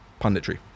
punditry